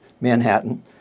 Manhattan